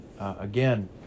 again